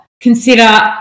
consider